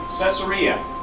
Caesarea